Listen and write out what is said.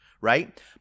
right